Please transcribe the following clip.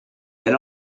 then